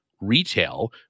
retail